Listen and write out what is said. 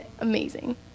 amazing